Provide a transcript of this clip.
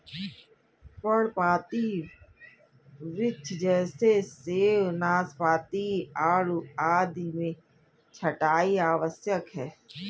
पर्णपाती वृक्ष जैसे सेब, नाशपाती, आड़ू आदि में छंटाई आवश्यक है